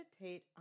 meditate